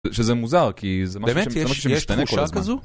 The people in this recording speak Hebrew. שזה מוזר כי זה משהו שמשתנה כל הזמן. - באמת יש, יש תחושה כזו?